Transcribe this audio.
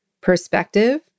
perspective